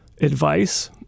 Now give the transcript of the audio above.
advice